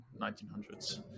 1900s